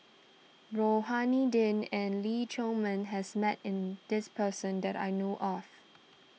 Rohani Din and Lee Chiaw Meng has met in this person that I know of